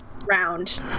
Round